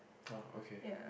oh okay